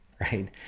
right